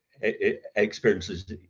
experiences